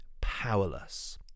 powerless